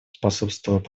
способствовало